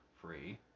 free